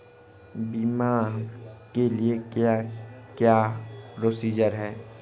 बीमा के लिए क्या क्या प्रोसीजर है?